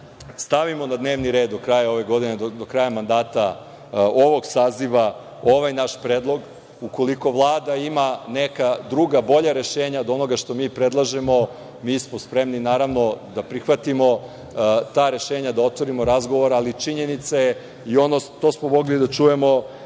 stavimo na dnevni red do kraja ove godine, do kraja mandata ovog saziva, ovaj naš predlog. Ukoliko Vlada ima neka druga bolja rešenja od onoga što mi predlažemo, mi smo spremni, naravno, da prihvatimo ta rešenja, da otvorimo razgovor, ali činjenica je, a to smo mogli i da čujemo